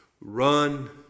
Run